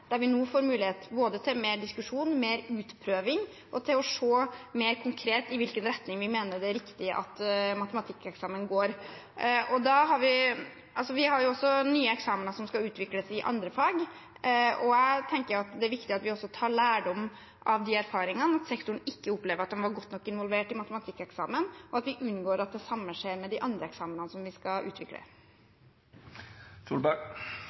der vi nå får mulighet til både mer diskusjon og mer utprøving og til å se mer konkret på i hvilken retning vi mener det er riktig at matematikkeksamen går. Vi har også nye eksamener som skal utvikles i andre fag, og jeg tenker det er viktig at vi også tar lærdom av erfaringene med at sektoren opplever at de ikke var godt nok involvert i matematikkeksamenen, og at vi unngår at det samme skjer med andre eksamener som vi skal